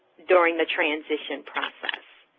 during the transition process,